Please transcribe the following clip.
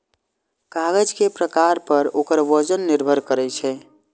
कागज के प्रकार पर ओकर वजन निर्भर करै छै